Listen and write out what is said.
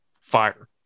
fire